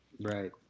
Right